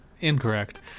incorrect